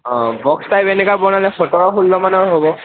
অঁ box type এনেকুৱা বনালে সোতৰ ষোল্ল মানত হ'ব